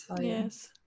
Yes